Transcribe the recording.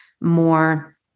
more